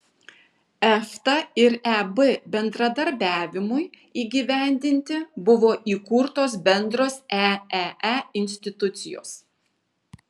efta ir eb bendradarbiavimui įgyvendinti buvo įkurtos bendros eee institucijos